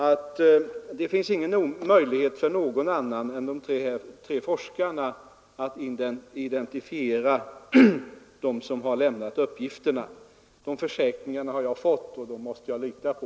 Det finns nämligen ingen möjlighet för någon annan än de tre forskarna att identifiera de företag som lämnat uppgifter i enkäten. Dessa försäkringar har jag fått och dem måste jag lita på.